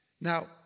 Now